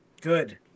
Good